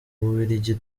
bubiligi